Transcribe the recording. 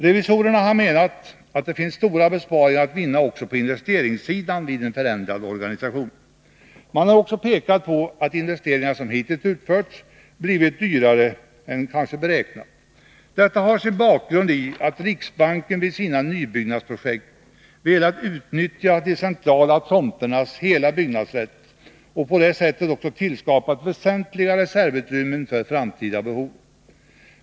Revisorerna har menat att det finns stora besparingar att vinna också på investeringssidan vid en förändrad organisation. Man har även pekat på att de investeringar som hittills utförts blivit dyrare än beräknat. Detta har sin bakgrund i att riksbanken vid sina nybyggnadsprojekt velat utnyttja de centrala tomternas hela byggnadsrätt och på det sättet också tillskapat väsentliga reservutrymmen för framtida behov.